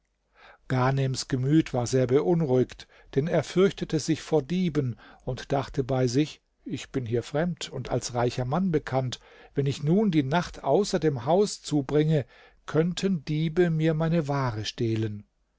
ghanems gemüt war sehr beunruhigt denn er fürchtete sich vor dieben und dachte bei sich ich bin hier fremd und als reicher mann bekannt wenn ich nun die nacht außer dem haus zubringe könnten diebe mir meine ware stehlen